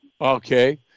Okay